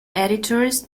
editors